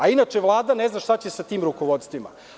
Inače, Vlada ne zna šta će sa tim rukovodstvima.